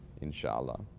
inshallah